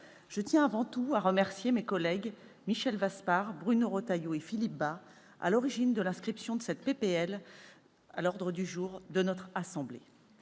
Je tiens avant tout à remercier mes collègues Michel Vaspart, Bruno Retailleau et Philippe Bas, à l'origine de l'inscription de cette proposition de loi à l'ordre du jour de notre assemblée.